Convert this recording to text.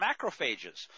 macrophages